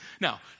Now